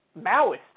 Maoist